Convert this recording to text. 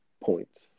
points